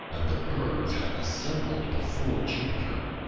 and the birds had assembled before jupiter,